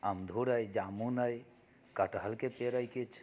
अमधूर अछि जामुन अछि कटहलके पेड़ अछि किछु